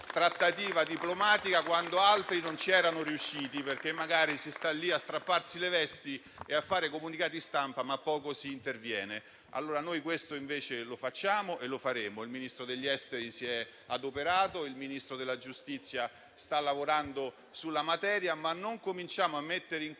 quando altri non ci erano riusciti, perché magari si sta lì a strapparsi le vesti e a fare comunicati stampa, ma poco si interviene. Noi questo invece lo facciamo e lo faremo. Il Ministro degli affari esteri si è adoperato, il Ministro della giustizia sta lavorando sulla materia, ma non cominciamo a mettere in